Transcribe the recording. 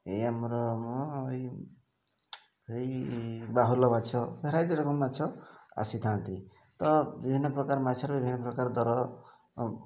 ଏଇ ଆମର ଏଇ ଏଇ ବାହୁଲ ମାଛ ଭେରାଇଟି ରକମ ମାଛ ଆସିଥାନ୍ତି ତ ବିଭିନ୍ନ ପ୍ରକାର ମାଛର ବିଭିନ୍ନ ପ୍ରକାର ଦର